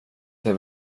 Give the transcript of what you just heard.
till